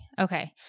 Okay